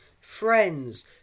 friends